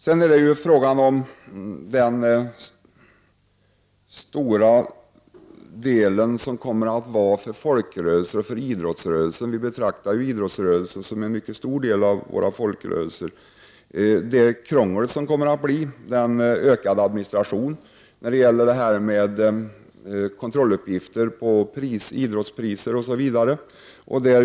Sedan är det fråga om hur det kommer att vara för idrottsrörelsen, som ju är en mycket stor del av våra folkrörelser. Det kommer att bli krångel och ökad administration när det gäller kontrolluppgifter på idrottspriser osv.